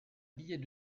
billet